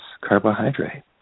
carbohydrate